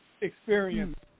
experience